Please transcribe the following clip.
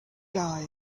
guy